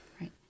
Right